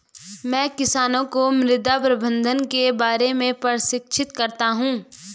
मैं किसानों को मृदा प्रबंधन के बारे में प्रशिक्षित करता हूँ